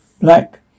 Black